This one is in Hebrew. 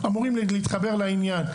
אמורים להתחבר לעניין.